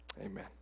Amen